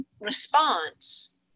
response